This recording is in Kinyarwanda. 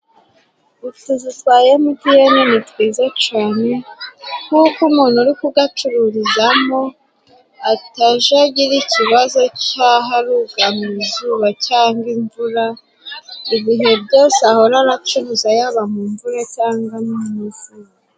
Utuzu twa emutiyene ni twiza cane kuko umuntu uri kugacururizamo ataja agira ikibazo c'aho arugama izuba cyangwa imvura. Ibihe byose ahora aracuruza yaba mu mvura cyangwa no mu zuba.